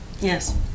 Yes